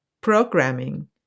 programming